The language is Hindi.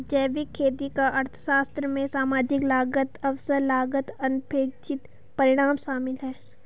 जैविक खेती का अर्थशास्त्र में सामाजिक लागत अवसर लागत अनपेक्षित परिणाम शामिल है